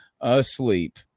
asleep